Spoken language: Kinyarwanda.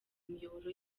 imiyoboro